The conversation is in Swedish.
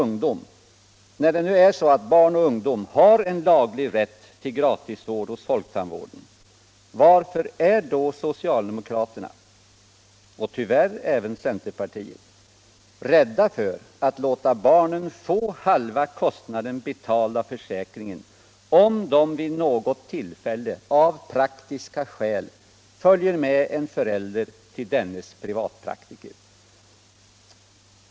När det nu är så att barn och ungdom har en laglig rätt till gratistandvård hos folktandvården, varför är då socialdemokraterna, och tyvärr även centerpartiet, rädda för att låta barnen få halva kostnaden betald av försäkringen om de vid något tillfälle av praktiska skäl följer med en förälder till dennes privatpraktiker?